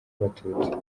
abatutsi